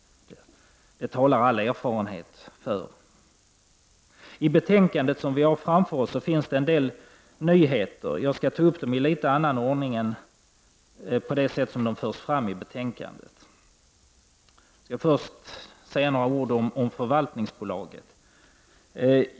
Det talar all erfarenhet för. I föreliggande betänkande finns en hel del nyheter. Jag skall kommentera dem i annan ordning än i den ordning som de nu förs fram i betänkandet. Låt mig först säga några ord om förvaltningsbolaget.